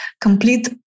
complete